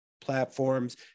platforms